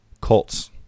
Colts